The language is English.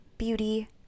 beauty